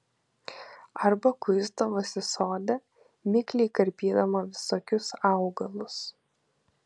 arba kuisdavosi sode mikliai karpydama visokius augalus